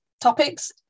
topics